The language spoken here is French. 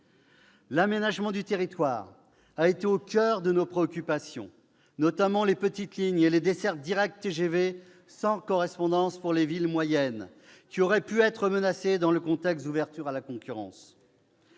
L'aménagement du territoire a été au coeur de nos préoccupations, notamment les petites lignes et les dessertes directes TGV sans correspondance pour des villes moyennes qui auraient pu être menacées dans le contexte d'ouverture à la concurrence.